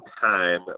time